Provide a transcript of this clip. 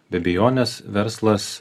be abejonės verslas